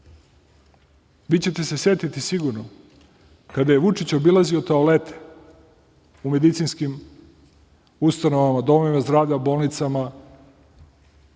vi ćete se setiti sigurno kada je Vučić obilazio toalete u medicinskim ustanovama, domovima zdravlja, bolnicama,